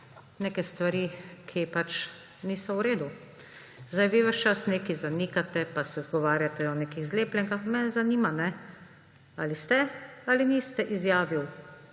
neke stvari, ki pa niso v redu. Vi ves čas nekaj zanikate in se izgovarjate o nekih zlepljenkah. Mene zanima, ali ste ali niste izjavili,